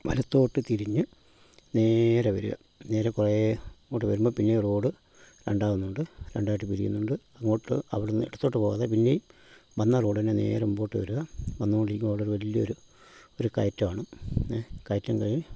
വലത്തോട്ട് തിരിഞ്ഞ് നേരെ വരിക നേരെ കുറെ ഇങ്ങോട്ട് വരുമ്പോൾ പിന്നേയും റോഡ് രണ്ടാകുന്നുണ്ട് രണ്ടായിട്ട് പിരിയുന്നുണ്ട് അങ്ങോട്ട് അവിടുന്ന് ഇടത്തോട്ട് പോകാതെ പിന്നേയും വന്ന റോഡ് തന്നെ നേരെ മുൻപോട്ട് വരിക വന്നുകൊണ്ടിരിക്കുന്ന അവിടെ ഒരു വലിയൊരു ഒരു കയറ്റമാണ് കയറ്റം കഴിഞ്ഞ്